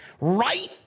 right